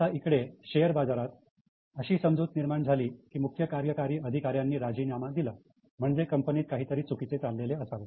आता इकडे शेअर बाजारात अशी समजूत निर्माण झाली की मुख्य कार्यकारी अधिकाऱ्यांनी राजीनामा दिला म्हणजे कंपनीत काहीतरी चुकीचे चालले आहे